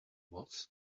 was